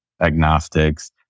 agnostics